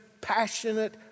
passionate